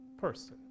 person